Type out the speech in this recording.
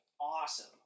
awesome